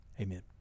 Amen